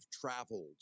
traveled